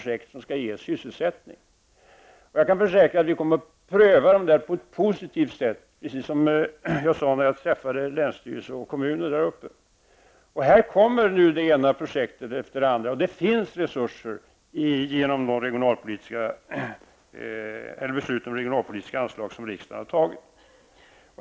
Jag kan försäkra att dessa förslag kommer att prövas i positiv riktning, precis som jag sade när jag var i kontakt med länsstyrelsen och kommunerna där uppe. Här kommer nu förslag om det ena projektet efter det andra. Det finns resurser genom de beslut om regionalpolitiska anslag som riksdagen har fattat.